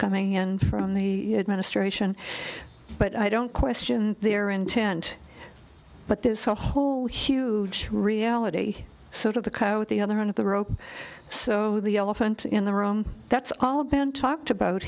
coming in from the administration but i don't question their intent but there's a whole huge reality sort of the cow at the other end of the rope so the elephant in the wrong that's all been talked about